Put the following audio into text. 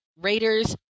Raiders